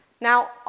Now